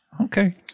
Okay